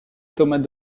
thomas